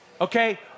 okay